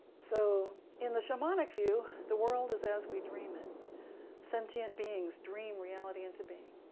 so in the shamanic view, the world is as we dream it sentient beings dream reality into being.